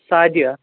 ساد